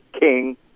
king